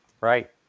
Right